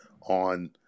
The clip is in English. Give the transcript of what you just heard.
on